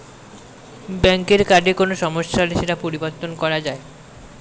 ব্যাঙ্কের কার্ডে কোনো সমস্যা হলে সেটা পরিবর্তন করা যায়